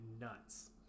nuts